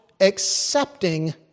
accepting